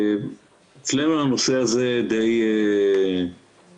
אצלנו הנושא הזה די חלש,